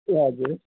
ए हजुर